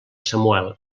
samuel